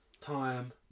time